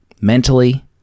Mentally